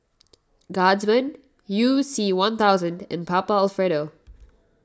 Guardsman You C one thousand and Papa Alfredo